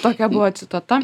tokia buvo citata